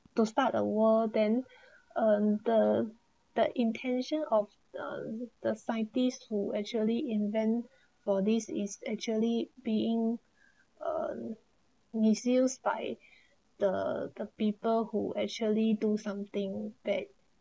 to start a war then um the the intention of the scientist who actually invent for this is actually being uh misused by the the people who actually do something back that